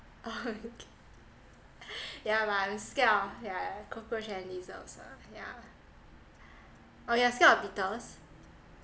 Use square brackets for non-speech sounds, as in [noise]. oh okay [laughs] yeah but I'm scared of yeah cockroach and lizards ah yeah oh yeah scared of beetles